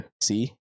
see